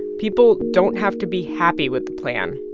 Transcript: people don't have to be happy with the plan,